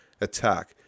attack